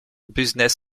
business